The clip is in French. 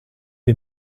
est